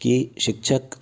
कि शिक्षक